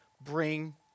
bring